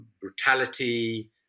brutality